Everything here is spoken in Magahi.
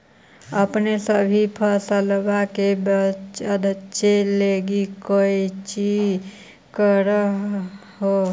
अपने सभी फसलबा के बच्बे लगी कौची कर हो?